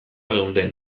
geunden